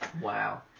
wow